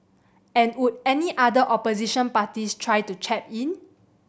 and would any other opposition parties try to chap in